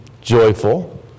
joyful